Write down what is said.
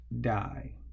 die